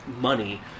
money